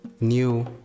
new